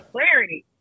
clarity